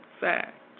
fact